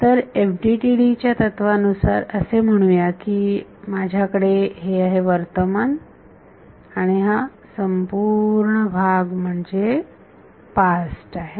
तर FDTD च्या तत्त्वानुसार असे म्हणू या की हे माझ्याकडे आहे वर्तमान आणि हा संपूर्ण भाग म्हणजे पास्ट आहे